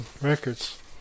records